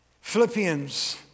Philippians